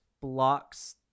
blocks